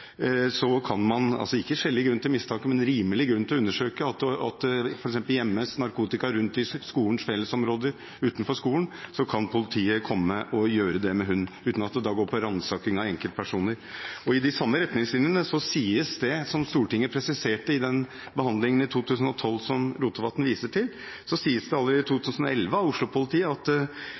grunn til mistanke – at det gjemmes narkotika rundt på skolens fellesområder utenfor skolen, kan politiet komme og gjøre det med hund uten at det går på ransaking av enkeltpersoner. I de samme retningslinjene for Oslo-politiet sies det – som Stortinget presiserte i behandlingen i 2012, som Rotevatn viser til – allerede i 2011 at